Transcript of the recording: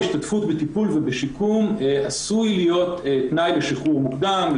ההשתתפות בטיפול ובשיקום עשוי להיות תנאי לשחרור מוקדם,